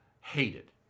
hated